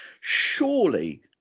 Surely